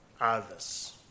others